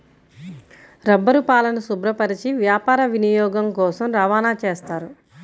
రబ్బరుపాలను శుభ్రపరచి వ్యాపార వినియోగం కోసం రవాణా చేస్తారు